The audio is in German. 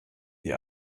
die